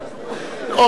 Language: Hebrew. אוקיי,